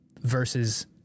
versus